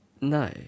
No